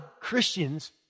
Christians